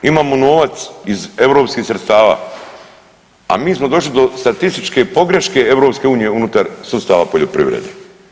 Imamo novac iz europskih sredstava, a mi smo došli do statističke pogreške EU unutar sustava poljoprivrede.